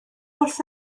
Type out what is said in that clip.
wrth